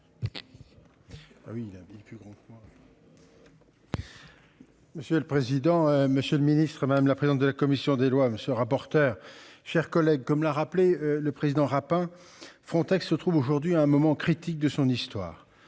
Monsieur le président, Monsieur le Ministre, madame la présidente de la commission des lois, monsieur rapporteur chers collègues comme l'a rappelé le président Rapin Frontex se trouve aujourd'hui à un moment critique de son histoire,